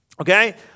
Okay